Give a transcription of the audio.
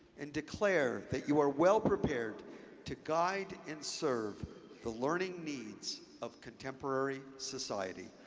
and declare that you are well prepared to guide and serve the learning needs of contemporary society.